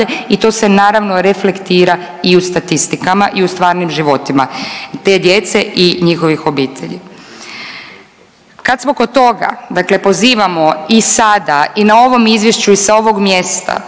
i to se naravno reflektira i u statistikama i u stvarnim životima te djece i njihovih obitelji. Kad smo kod toga, dakle pozivamo i sada i na ovom izvješću i sa ovog mjesta